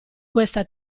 questa